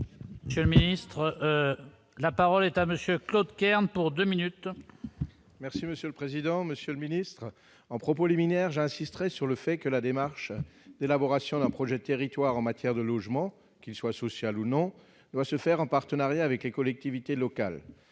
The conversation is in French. J'le ministre, la parole est à monsieur Claude Kern pour 2 minutes. Merci monsieur le président, Monsieur le Ministre, en propos liminaires j'insisterai sur le fait que la démarche, l'élaboration d'un projet de territoire en matière de logement qui soit social ou non, doit se faire en partenariat avec les collectivités locales,